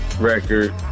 record